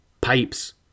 Pipes